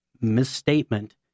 misstatement